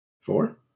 four